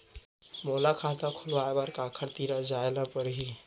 मोला खाता खोलवाय बर काखर तिरा जाय ल परही?